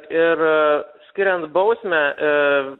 ir skiriant bausmę